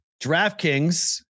DraftKings